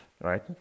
right